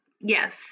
Yes